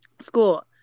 school